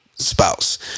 Spouse